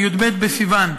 בי"ב בסיוון,